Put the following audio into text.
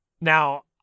Now